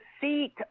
seat